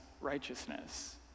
righteousness